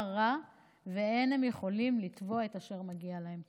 רע ואין הם יכולים לתבוע את אשר מגיע להם.